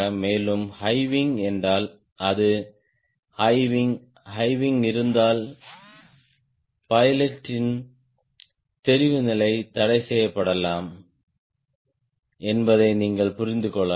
மேலும் high wing என்றால் அது ஹை விங் ஹை விங் இருந்தால் பைலட்டின் தெரிவுநிலை தடைசெய்யப்படலாம் என்பதை நீங்கள் புரிந்து கொள்ளலாம்